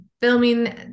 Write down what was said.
filming